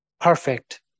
perfect